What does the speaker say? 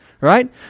right